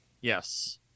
Yes